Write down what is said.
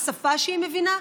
בשפה שהיא מבינה,